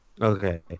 Okay